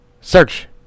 Search